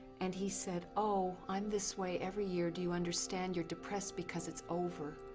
and he said, oh, i'm this way every year. do you understand? you're depressed because it's over.